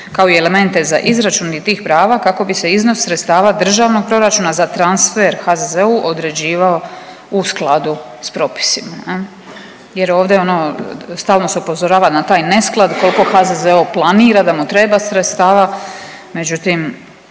kao i elemente za izračuni tih prava kako bi se iznos sredstava državnog proračuna za transfer HZZ-u određivao u skladu s propisima jer ovde ono, stalno se upozorava na taj nesklad, koliko HZZO planira da mu treba sredstava, međutim,